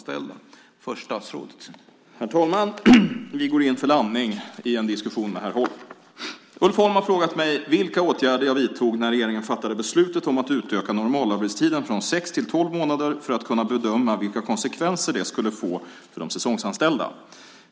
Herr talman! Ulf Holm har frågat mig vilka åtgärder jag vidtog när regeringen fattade beslutet om att utöka normalarbetstiden från sex till tolv månader för att kunna bedöma vilka konsekvenser det skulle få för de säsongsanställda.